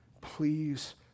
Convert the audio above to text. Please